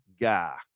guy